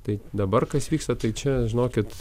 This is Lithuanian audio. tai dabar kas vyksta tai čia žinokit